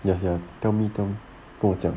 ya ya tell me tell me 跟我讲